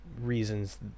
reasons